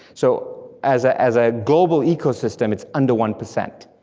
so as ah as a global ecosystem, it's under one percent.